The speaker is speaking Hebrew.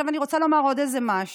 אני רוצה לומר עוד משהו.